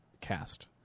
cast